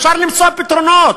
אפשר למצוא פתרונות,